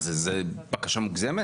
מה, זה בקשה מוגזמת?